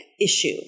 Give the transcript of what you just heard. issue